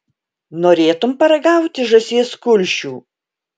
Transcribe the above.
norėtum paragauti žąsies kulšių